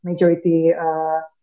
majority